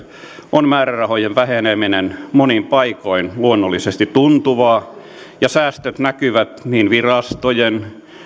on määrärahojen väheneminen monin paikoin luonnollisesti tuntuvaa ja säästöt näkyvät niin virastojen